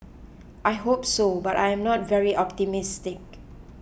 I hope so but I am not very optimistic